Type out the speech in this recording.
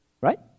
Right